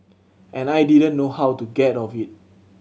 and I didn't know how to get off it